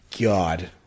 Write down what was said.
God